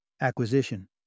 acquisition